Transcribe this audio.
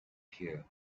hear